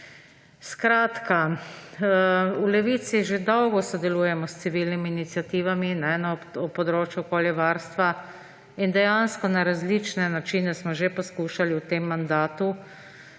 raka. V Levici že dolgo sodelujemo s civilnimi iniciativami na področju okoljevarstva in dejansko smo na različne načine že poskušali v tem mandatu